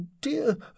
dear